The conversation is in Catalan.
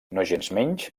nogensmenys